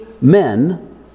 men